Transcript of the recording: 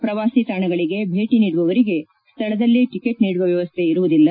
ಪ್ರವಾಸಿ ತಾಣಗಳಿಗೆ ಭೇಟಿ ನೀಡುವವರಿಗೆ ಸ್ವಳದಲ್ಲೇ ಟಕೆಟ್ ನೀಡುವ ವ್ಹವಸ್ಥೆ ಇರುವುದಿಲ್ಲ